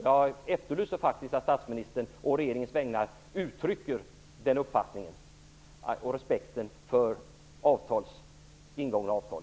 Jag efterlyser faktiskt att statsministern å regeringens vägnar uttrycker den uppfattning och respekten för ingångna avtal.